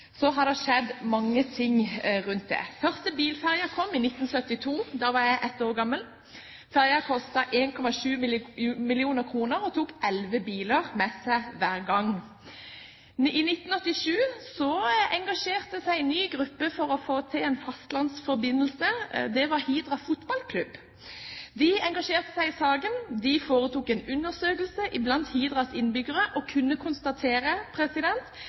har det skjedd mange ting. Den første bilferja kom i 1972. Da var jeg ett år gammel. Ferja kostet 1,7 mill. kr og tok elleve biler med seg hver gang. I 1987 engasjerte en ny gruppe seg for å få til en fastlandsforbindelse. Det var Hidra Fotballklubb som engasjerte seg i saken. De foretok en undersøkelse blant Hidras innbyggere og kunne konstatere